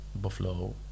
Buffalo